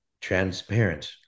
transparent